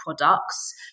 products